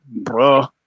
bruh